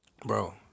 Bro